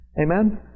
Amen